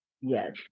Yes